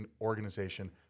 organization